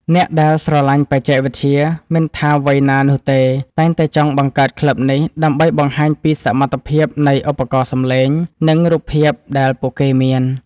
អ្នកដែលស្រឡាញ់បច្ចេកវិទ្យា មិនថាវ័យណានោះទេ តែងតែចង់បង្កើតក្លឹបនេះ ដើម្បីបង្ហាញពីសមត្ថភាពនៃឧបករណ៍សំឡេង និងរូបភាពដែលពួកគេមាន។